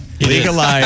Legalize